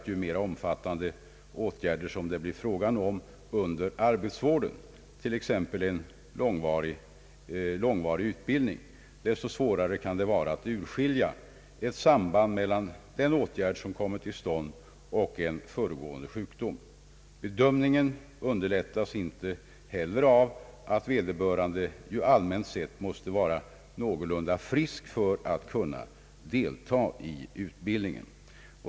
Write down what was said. Ju mer omfattande åtgärder som det blir fråga om under arbetsvården — t.ex. en långvarig utbildning — desto svårare kan det vara att urskilja ett samband mellan den åtgärd som kommer till stånd och en föregående sjukdom. Bedömningen underlättas inte heller av att vederbörande allmänt sett måste vara någorlunda frisk för att kunna delta i utbildningen.